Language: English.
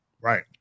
Right